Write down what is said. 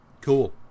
Cool